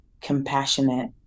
compassionate